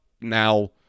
Now